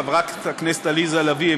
חברת הכנסת עליזה לביא,